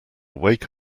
wake